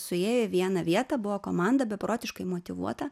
suėjo į vieną vietą buvo komanda beprotiškai motyvuota